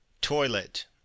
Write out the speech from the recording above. Toilet